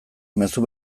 mezu